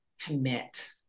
commit